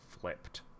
flipped